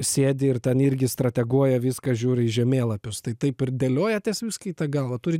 sėdi ir ten irgi strateguoja viską žiūri į žemėlapius tai taip ir dėliojatės viską į tą galvą turi